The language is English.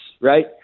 right